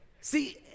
See